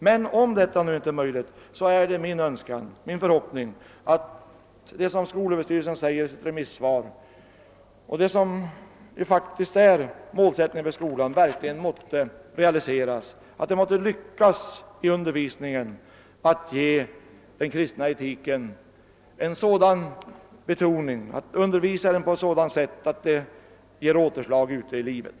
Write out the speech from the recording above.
Men om detta inte är möjligt, är det min förhoppning att det skolöverstyrelsen talar om i sitt remissvar och det som faktiskt är målsättningen för skolan verkligen måtte realiseras, att det måtte lyckas att undervisa i den kristna etiken på ett så dant sätt att det ger återverkningar ute i livet.